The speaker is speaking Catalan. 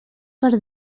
per